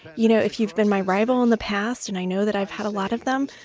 you know, if you've been my rival in the past, and i know that i've had a lot of them.